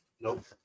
Nope